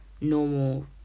normal